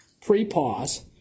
pre-pause